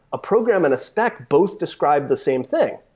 a program in a stack both describe the same thing,